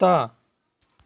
कुत्ता